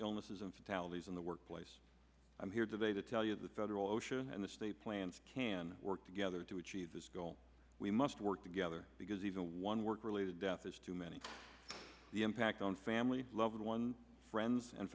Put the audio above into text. illnesses and fatalities in the workplace i'm here today to tell you the federal osha and the state plans can work together to achieve this goal we must work together because even one work related death is too many the impact on family loved ones friends and